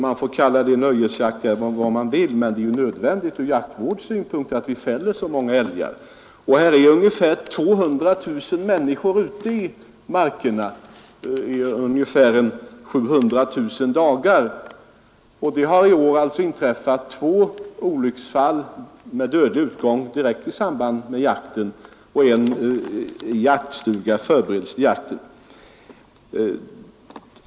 Man får kalla det för nöjesjakt eller vad man vill, men det är nödvändigt från jaktvårdssynpunkt att det fälls så många älgar i landet. Ungefär 200 000 människor är ute i markerna i ungefär 700 000 dagar. Det har i år inträffat två olycksfall med dödlig utgång i direkt samband med jakten och i en jaktstuga vid förberedelser till jakten.